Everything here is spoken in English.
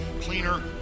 cleaner